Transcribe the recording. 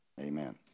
Amen